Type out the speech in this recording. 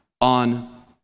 on